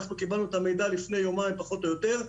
אנחנו קיבלנו את המידע לפני יומיים פחות או יותר.